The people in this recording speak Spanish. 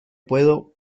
pudo